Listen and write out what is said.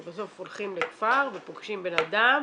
שבסוף הולכים לכפר ופוגשים אדם